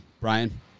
Brian